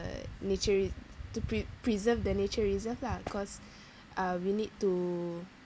the nature i~ to pre~ preserve the nature reserve lah cause uh we need to